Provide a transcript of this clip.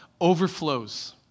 overflows